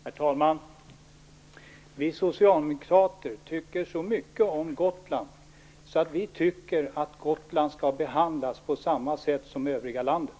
Herr talman! Vi socialdemokrater tycker så mycket om Gotland att vi tycker att Gotland skall behandlas på samma sätt som övriga landet.